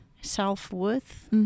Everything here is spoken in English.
self-worth